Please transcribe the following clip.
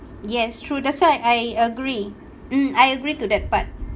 yes true that's why I agree mm I agree to that part